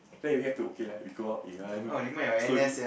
after that we have to okay lah we go up we run slowly